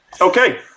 Okay